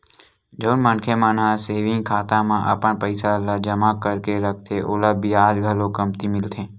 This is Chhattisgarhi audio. जउन मनखे मन ह सेविंग खाता म अपन पइसा ल जमा करके रखथे ओला बियाज घलो कमती मिलथे